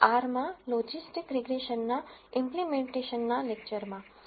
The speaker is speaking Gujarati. આર માં લોજિસ્ટિક રીગ્રેસનના ઈમ્પ્લીમેનટેશન ના લેકચરમાં આપનું સ્વાગત છે